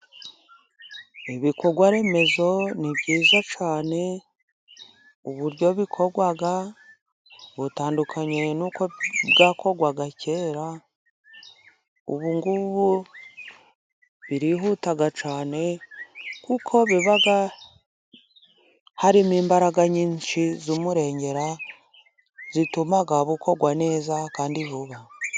Ibikorwa remezo ni byiza cyane, uburyo bikorwa butandukanye n'uko byakorwaga kera, ubungubu birihuta cyane, kuko biba harimo imbaraga nyinshi z'umurengera, zituma bikorwa neza kandi vuba.